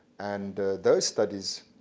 and those studies,